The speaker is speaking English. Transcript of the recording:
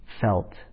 felt